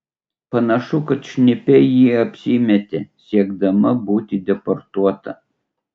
panašu kad šnipe ji apsimetė siekdama būti deportuota